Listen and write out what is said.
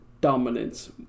dominance